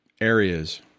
areas